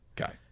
Okay